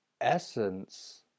essence